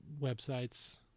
websites